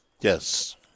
Yes